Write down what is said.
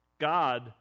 God